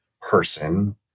person